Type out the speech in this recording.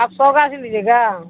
آپ سو گاچھ لیجیے گا